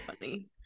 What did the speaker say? funny